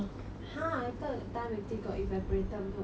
!huh! I thought Thailand milk tea got evaporated milk all